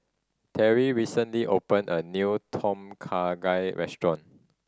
Terri recently open a new Tom Kha Gai restaurant